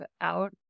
out